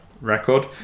record